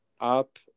up